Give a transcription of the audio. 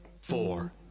four